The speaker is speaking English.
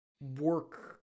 work